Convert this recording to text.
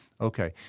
Okay